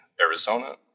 Arizona